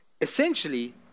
essentially